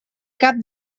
cap